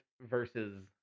versus